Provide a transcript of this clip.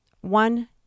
One